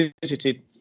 visited